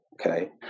okay